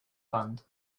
fund